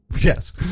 Yes